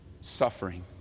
Suffering